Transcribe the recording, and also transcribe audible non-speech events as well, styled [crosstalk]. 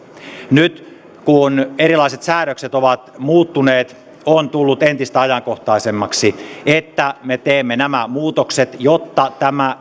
nyt kun erilaiset säädökset ovat muuttuneet on tullut entistä ajankohtaisemmaksi että me teemme nämä muutokset jotta tämä [unintelligible]